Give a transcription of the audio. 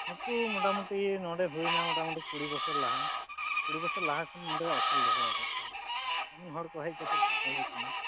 ᱱᱩᱠᱩ ᱢᱚᱴᱟᱢᱩᱴᱤ ᱱᱚᱰᱮ ᱦᱩᱭᱮᱱᱟ ᱠᱩᱲᱤ ᱵᱚᱪᱷᱚᱨ ᱞᱟᱦᱟ ᱠᱩᱲᱤ ᱵᱚᱪᱷᱚᱨ ᱞᱟᱦᱟ ᱠᱷᱚᱱ ᱱᱚᱰᱮᱞᱮ ᱟᱥᱩᱞ ᱫᱚᱦᱚᱣᱟᱠᱟᱫ ᱠᱚᱣᱟ ᱦᱚᱲ ᱠᱚ ᱦᱮᱡ ᱠᱟᱛᱮ ᱠᱚ ᱧᱮᱧᱮᱞ ᱠᱚ ᱦᱮᱡ ᱠᱟᱛᱮ ᱠᱚ ᱧᱮᱞ ᱤᱫᱤ ᱠᱚᱣᱟ